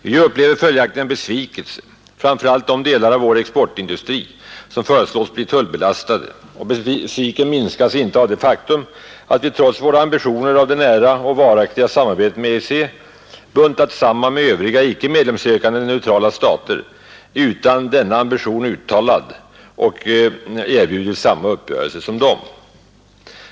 Vi upplever följaktligen en besvikelse, framför allt de delar av vår exportindustri som föreslås bli tullbelastade, och besvikelsen minskas inte av det faktum att vi trots våra ambitioner om det nära och varaktiga samarbetet med EEC buntats samman med övriga icke medlemskapssökande neutrala stater utan denna ambition uttalad och erbjudits samma uppgörelse som de.